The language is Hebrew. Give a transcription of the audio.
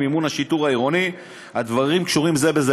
מימון השיטור העירוני הדברים קשורים זה בזה.